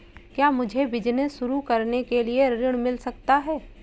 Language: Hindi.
क्या मुझे बिजनेस शुरू करने के लिए ऋण मिल सकता है?